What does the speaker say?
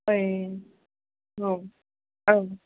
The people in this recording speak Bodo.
ए औ औ